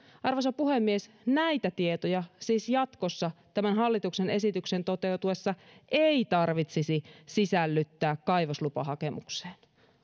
arvoisa puhemies näitä tietoja siis jatkossa tämän hallituksen esityksen toteutuessa ei tarvitsisi sisällyttää kaivoslupahakemukseen